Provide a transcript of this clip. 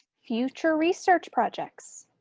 future research projects.